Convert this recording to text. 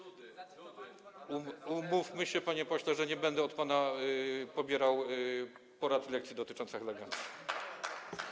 Umówmy się, panie pośle, że nie będę od pana pobierał porad i lekcji dotyczących elegancji.